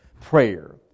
prayer